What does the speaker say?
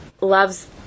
loves